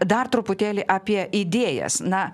dar truputėlį apie idėjas na